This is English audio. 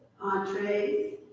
entrees